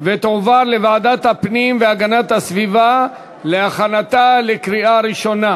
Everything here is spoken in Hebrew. ותועבר לוועדת הפנים והגנת הסביבה להכנתה לקריאה ראשונה.